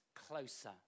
closer